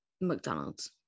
mcdonald's